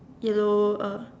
yellow uh